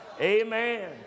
Amen